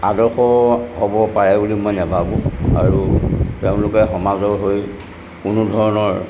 আদৰ্শ হ'ব পাৰে বুলি মই নাভাবোঁ আৰু তেওঁলোকে সমাজৰ হৈ কোনো ধৰণৰ